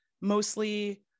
Mostly